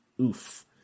oof